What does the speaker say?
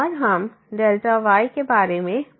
और हम Δyके बारे में बात कर रहे हैं